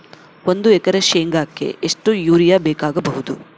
ಒಂದು ಎಕರೆ ಶೆಂಗಕ್ಕೆ ಎಷ್ಟು ಯೂರಿಯಾ ಬೇಕಾಗಬಹುದು?